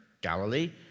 Galilee